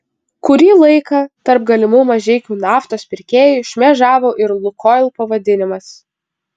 kurį laiką tarp galimų mažeikių naftos pirkėjų šmėžavo ir lukoil pavadinimas